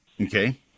okay